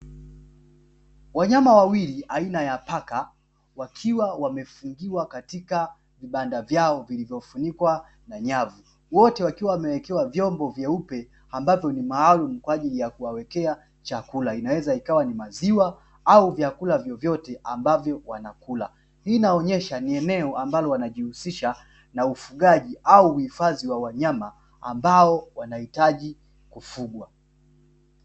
Wanyama wawili aina ya paka wakiwa wamefungiwa katika vibanda vyao vilivyofunikwa na nyavu wote wakiwa wamewekewa vyombo vyeupe ambavyo ni maalumu kwa ajili ya kuwawekea chakula ambacho kinaweza kuwa ni maziwa au vyakula ambavyo wanakula. Hii inaonesha ni eneo ambalo linajihusisha na ufugaji au uhifadhi wa wanyama ambao wanahitaji kufugwa.